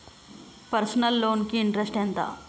Personal loan కి interest ఎంత?